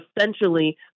essentially